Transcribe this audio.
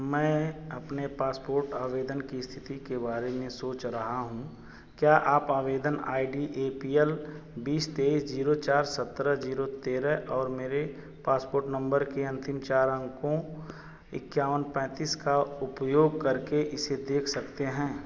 मैं अपने पासपोर्ट आवेदन की स्थिति के बारे में सोच रहा हूँ क्या आप आवेदन I D A P L बीस तेइस जीरो चार सत्रह जीरो तेरह और मेरे पासपोर्ट नंबर के अंतिम चार अंकों इक्यावन पैंतीस का उपयोग करके इसे देख सकते हैं